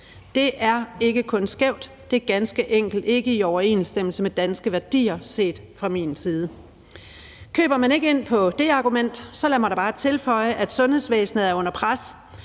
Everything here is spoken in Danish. Det er ikke kun skævt, det er ganske enkelt ikke i overensstemmelse med danske værdier set fra min side. Køber man ikke ind på det argument, så lad mig da bare tilføje, at sundhedsvæsenet er under pres,